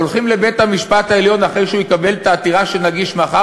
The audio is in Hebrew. הולכים לבית-המשפט העליון אחרי שהוא יקבל את העתירה שנגיש מחר.